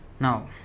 Now